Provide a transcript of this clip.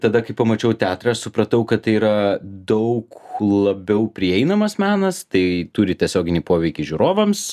tada kai pamačiau teatrą aš supratau kad tai yra daug labiau prieinamas menas tai turi tiesioginį poveikį žiūrovams